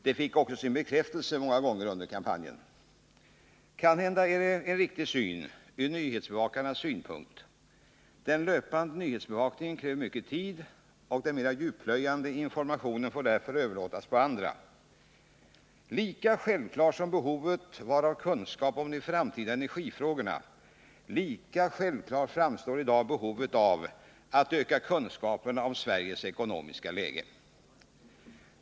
Detta fick sin bekräftelse många gånger under kampanjen. Kanhända är detta en riktig syn — ur nyhetsbevakarnas synpunkt. Den löpande nyhetsbevakningen kräver mycken tid, och den mer djupplöjande informationen får därför överlåtas åt andra. Lika självklart som behovet var av kunskap om de framtida energifrågorna lika självklart framstår i dag behovet av att öka kunskaperna om Sveriges ekonomiska läge.